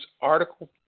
Article